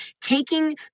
taking